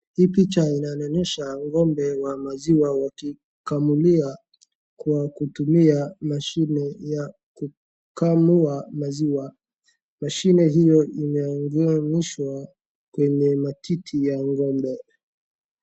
Hii picha inanionyesha ng'ombe wa maziwa wakikamulia kwa kutumia mashine ya kukamua maziwa. Mashine hiyo imeuganishwa kwenye matiti ya ng'ombe.